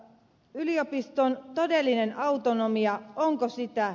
yliopiston todellinen autonomia onko sitä